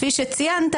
כפי שציינת,